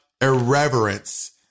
irreverence